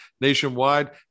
nationwide